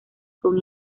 con